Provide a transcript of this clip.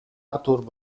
arthur